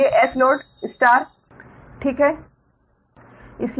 इसलिए Sload3ϕ ठीक है